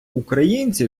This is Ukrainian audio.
українці